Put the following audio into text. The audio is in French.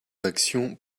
d’actions